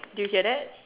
did you hear that